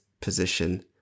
position